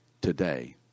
Today